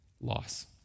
loss